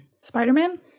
spider-man